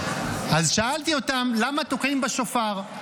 שאלתי אותם: למה תוקעים בשופר?